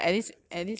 ya ya makes sense